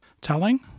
Telling